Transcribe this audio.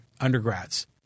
undergrads